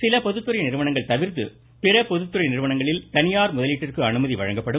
சில பொதுத்துறை நிறுவனங்கள் தவிர்த்து பிற பொதுத்துறை நிறுவனங்களில் தனியார் முதலீட்டிற்கு அனுமதி வழங்கப்படும்